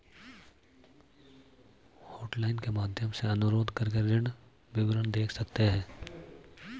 hotline के माध्यम से अनुरोध करके ऋण विवरण देख सकते है